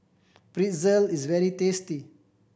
pretzel is very tasty